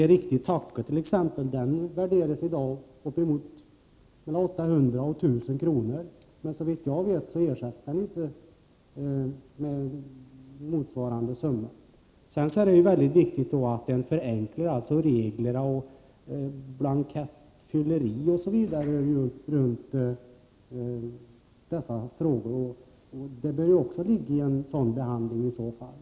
En riktig tacka t.ex. värderas i dag till mellan 800 och 1 000 kr. Men såvitt jag vet får man inte ersättning med motsvarande summa. Dessutom är det väldigt viktigt att reglerna förenklas och att det blir lättare att fylla i blanketter osv. Också det bör ingå i diskussionen när man diskuterar en fråga av detta slag.